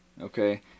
Okay